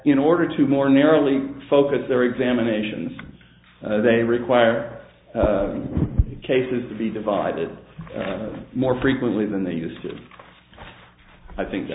in order to more narrowly focus their examinations they require the cases to be divided more frequently than the use of i think